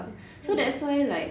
mmhmm